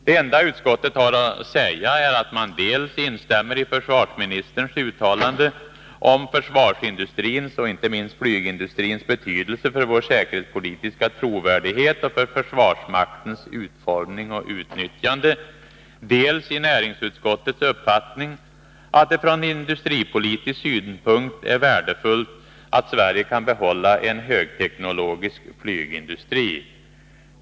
Det enda utskottet har att säga är att man dels instämmer i försvarsministerns uttalande om försvarsindustrins — och inte minst flygindustrins — betydelse för vår säkerhetspolitiska trovärdighet och för försvarsmaktens utformning och utnyttjande, dels i näringsutskottets uppfattning att det från industripolitisk synpunkt är värdefullt att Sverige kan behålla en högteknologisk flygindustri.